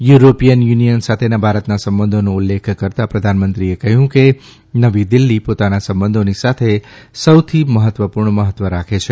European Union સાથેના ભારતના સંબંધોનો ઉલ્લેખ કરતા પ્રધાનમંત્રીએ કહ્યું કે નવી દિલ્ફી પોતાના સંબંધોની સાથે સૌથી મહત્વપૂર્ણ મહત્વ રાખે છે